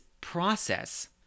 process